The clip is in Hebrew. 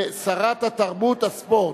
לשרת התרבות והספורט.